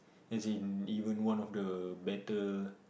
as in even one of the better